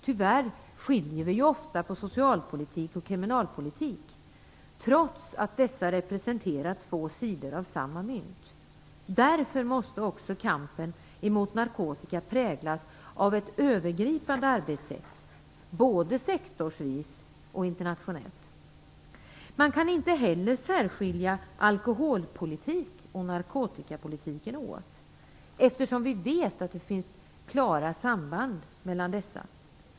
Tyvärr skiljer vi ofta på socialpolitik och kriminalpolitik, trots att dessa representerar två sidor av samma mynt. Därför måste också kampen mot narkotika präglas av ett övergripande arbetssätt, både sektorsvis och internationellt. Man kan inte heller skilja alkoholpolitik och narkotikapolitik åt, eftersom vi vet att det finns klara samband mellan dessa.